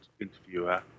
interviewer